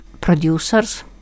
Producers